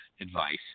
advice